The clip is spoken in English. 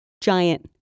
Giant